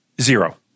Zero